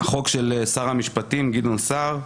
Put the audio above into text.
החוק של שר המשפטים גדעון סער,